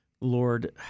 Lord